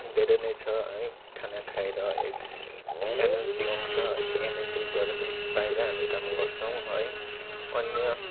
धेरै नै छ है खाना खाएर एक एनर्जी आउँँछ है एनर्जी गरे पाएरै हामी काम गर्छौँ है अन्य